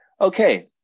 Okay